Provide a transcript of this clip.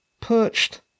perched